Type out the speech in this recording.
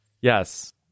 Yes